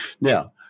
Now